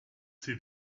see